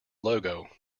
logo